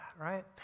right